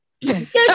Yes